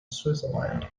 switzerland